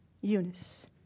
Eunice